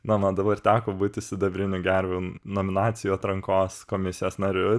na man dabar teko būti sidabrinių gervių nominacijų atrankos komisijos nariu